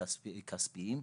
הכספיים.